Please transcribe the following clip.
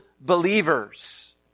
believers